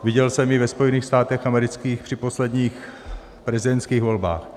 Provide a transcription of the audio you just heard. Viděl jsem ji ve Spojených státech amerických při posledních prezidentských volbách.